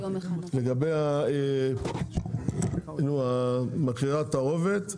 לגבי מחירי התערובת,